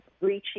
Reaching